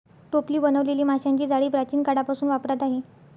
टोपली बनवलेली माशांची जाळी प्राचीन काळापासून वापरात आहे